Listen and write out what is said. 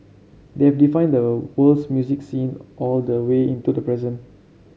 they have defined the world's music scene all the way into the present